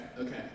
Okay